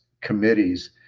committees